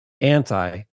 anti